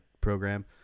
Program